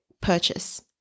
purchase